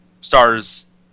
stars